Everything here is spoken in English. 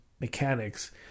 mechanics